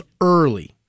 early